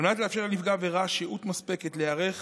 על מנת לאפשר לנפגע עבירה שהות מספקת להיערך